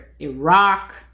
Iraq